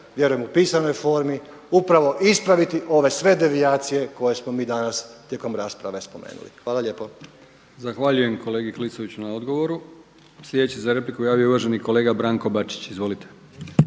vjerujem u pisanoj formi upravo ispraviti ove sve devijacije koje smo mi danas tijekom rasprave spomenuli. Hvala lijepo. **Brkić, Milijan (HDZ)** Zahvaljujem uvaženom kolegi Klisoviću na odgovoru. Sljedeći se za repliku javio uvaženi kolega Branko Bačić. Izvolite.